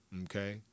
okay